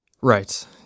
Right